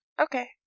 Okay